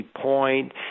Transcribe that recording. Point